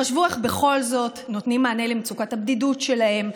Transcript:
חשבו איך בכל זאת נותנים מענה על מצוקת הבדידות שלהם,